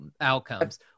outcomes